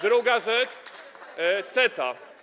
Druga rzecz: CETA.